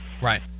Right